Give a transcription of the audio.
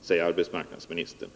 säger arbetsmarknadsministern.